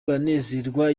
baranezerwa